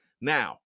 Now